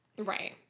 Right